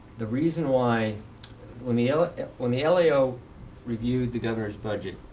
the reason why when the ah ah when the ah lao reviewed the governor's budget,